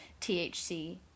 THC